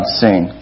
sing